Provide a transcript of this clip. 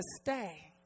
stay